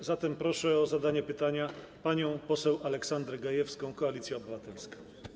A zatem proszę o zadanie pytania panią poseł Aleksandrę Gajewską, Koalicja Obywatelska.